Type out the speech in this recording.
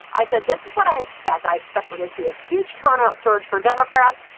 i said, this is what i expect. i expect privacy, a huge turnout surge for democrats.